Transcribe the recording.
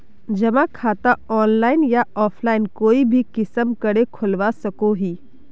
जमा खाता ऑनलाइन या ऑफलाइन कोई भी किसम करे खोलवा सकोहो ही?